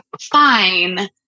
fine